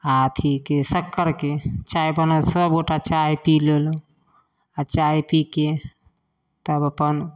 आ अथीके शक्करके चाह बनल सब गोटा चाह पी लेलहुॅं आ चाह पीके तब अपन